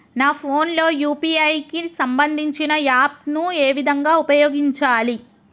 నా ఫోన్ లో యూ.పీ.ఐ కి సంబందించిన యాప్ ను ఏ విధంగా ఉపయోగించాలి?